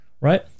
right